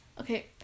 Okay